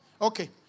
Okay